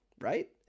right